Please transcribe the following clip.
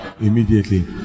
immediately